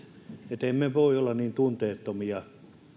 ja emme voi olla niin tunteettomia